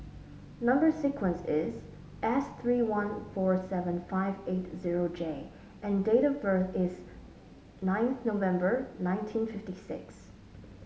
number sequence is S three one four seven five eight zero J and date of birth is nineth November nineteen fifty six